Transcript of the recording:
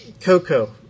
Coco